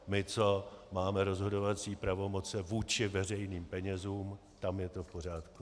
My, co máme rozhodovací pravomoci vůči veřejným penězům, tam je to v pořádku.